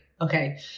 Okay